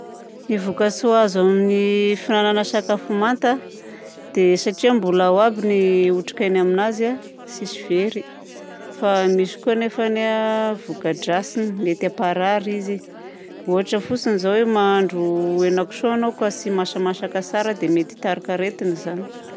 Ny voka-tsoa azo amin'ny fihinana sakafo manta dia satria mbola ao aby ny otrikaina aminazy a tsisy very. Fa misy koa anefa a voka-dratsiny mety hamparary izy. Ohatra fotsiny izao hoe mahandro hena kisoa ianao ka tsy masamasaka tsara dia mety hitarika aretina izany.